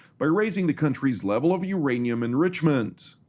by raising the country's level of uranium enrichment.